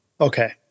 Okay